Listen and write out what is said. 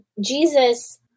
Jesus